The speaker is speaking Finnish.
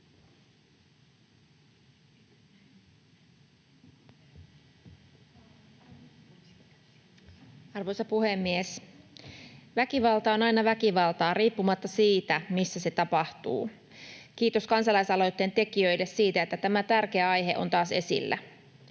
Arvoisa puhemies! Väkivalta on aina väkivaltaa riippumatta siitä, missä se tapahtuu. Kiitos kansalaisaloitteen tekijöille siitä, että tämä tärkeä aihe on taas esillä.